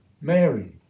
Mary